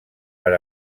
per